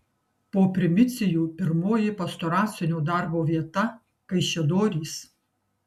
po primicijų pirmoji pastoracinio darbo vieta kaišiadorys